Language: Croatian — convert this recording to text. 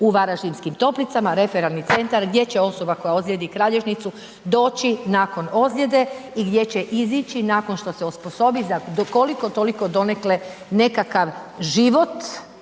u varaždinskim toplicama, referalni centar gdje će osoba koja ozlijedi kralježnicu doći nakon ozljede i gdje će izići nakon što se osposobi do koliko toliko donekle nekakav život